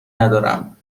ندارم